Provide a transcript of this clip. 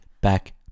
back